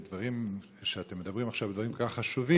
הדברים שאתם אומרים עכשיו הם דברים כל כך חשובים,